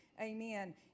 Amen